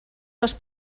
les